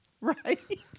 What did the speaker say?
Right